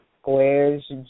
squares